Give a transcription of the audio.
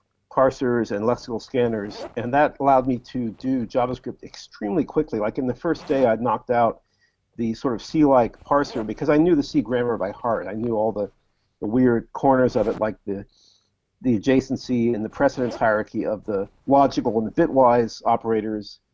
parsers and lexical scanners, and that allowed me to do javascript extremely quickly, like in the first day i knocked out the sort of c-like parser because i knew the c grammar by heart. i knew all the the weird corners of it, like the the adjacency and the precedence hierarchy, of the logical and bitwise operators,